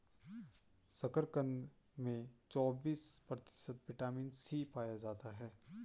शकरकंद में चौबिस प्रतिशत विटामिन सी पाया जाता है